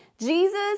Jesus